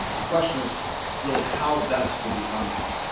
and the question is really how best do we fund that.